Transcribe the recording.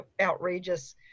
outrageous